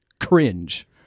cringe